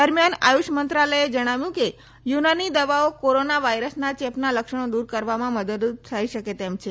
દરમ્યાન આયુષ મંત્રાલયે જણાવ્યું છે કે યુનાની દવાઓ કોરોના વાયરસના ચેપના લક્ષણો દૂર કરવામાં મદદરૂપ થઇ શકે તેમ છે